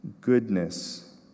goodness